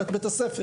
רק בית ספר.